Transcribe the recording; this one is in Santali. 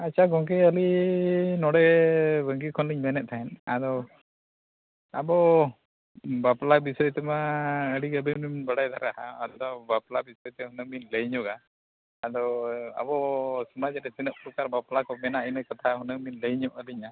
ᱟᱪᱪᱷᱟ ᱜᱚᱢᱠᱮ ᱟᱹᱞᱤᱧ ᱱᱚᱰᱮ ᱵᱟᱝᱠᱤ ᱠᱷᱚᱱ ᱞᱤᱧ ᱢᱮᱱᱮᱫ ᱛᱟᱦᱮᱱ ᱟᱫᱚ ᱟᱵᱚ ᱵᱟᱯᱞᱟ ᱵᱤᱥᱚᱭ ᱛᱮᱢᱟ ᱟᱹᱰᱤ ᱜᱮᱵᱤᱱ ᱵᱟᱲᱟᱭ ᱫᱷᱟᱨᱟᱜᱼᱟ ᱟᱫᱚ ᱵᱟᱯᱞᱟ ᱫᱤᱥᱟᱹ ᱛᱮ ᱚᱸᱰᱮ ᱵᱤᱱ ᱞᱟᱹᱭ ᱧᱚᱜᱟ ᱟᱫᱚ ᱟᱵᱚ ᱥᱚᱢᱟᱡᱽ ᱨᱮ ᱛᱤᱱᱟᱹᱜ ᱜᱚᱴᱟᱝ ᱵᱟᱯᱞᱟ ᱠᱚ ᱢᱮᱱᱟᱜᱼᱟ ᱤᱱᱟᱹ ᱠᱟᱛᱷᱟ ᱢᱟᱱᱮ ᱵᱤᱱ ᱞᱟᱹᱭ ᱧᱚᱜ ᱟᱹᱞᱤᱧᱟ